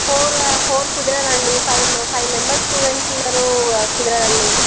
four four కుదరదు అండి five five members students ఉన్నారు కుదరదు అండి